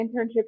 internship